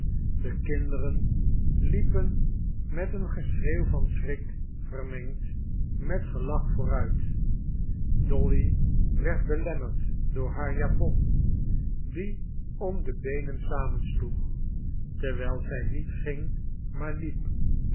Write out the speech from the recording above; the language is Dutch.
de kinderen liepen met een geschreeuw van schrik vermengd met gelach vooruit dolly werd belemmerd door haar japon die om de beenen samensloeg terwijl zij niet ging maar liep